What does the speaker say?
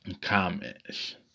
Comments